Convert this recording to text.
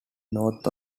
north